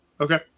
Okay